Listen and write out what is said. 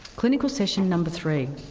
clinical session number three